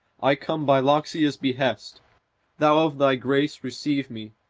i come by loxias' behest thou of thy grace receive me,